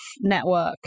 network